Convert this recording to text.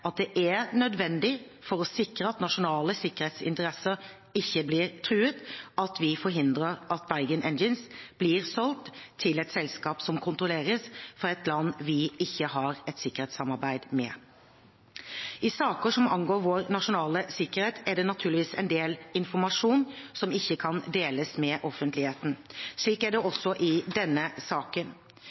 at det er nødvendig, for å sikre at nasjonale sikkerhetsinteresser ikke blir truet, at vi forhindrer at Bergen Engines blir solgt til et selskap som kontrolleres fra et land vi ikke har et sikkerhetssamarbeid med. I saker som angår vår nasjonale sikkerhet, er det naturligvis en del informasjon som ikke kan deles med offentligheten. Slik er det også i denne saken.